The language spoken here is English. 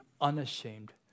unashamed